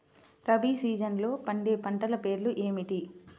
రబీ సీజన్లో పండే పంటల పేర్లు ఏమిటి?